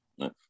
right